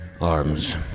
arms